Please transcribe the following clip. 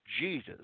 Jesus